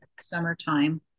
summertime